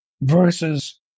versus